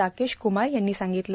राकेश क्मार यांनी सांगितलं